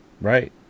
Right